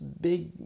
big